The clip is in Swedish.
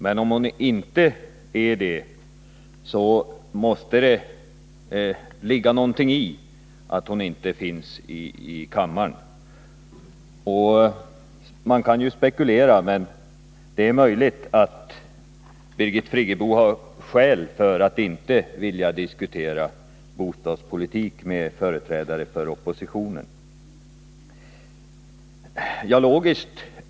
Men om hon inte är det måste det ligga någonting i att hon inte finns i kammaren, och det kan man spekulera om. Det är möjligt att Birgit Friggebo har skäl för att inte vilja diskutera bostadspolitik med företrädare för oppositionen.